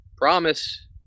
Promise